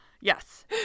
Yes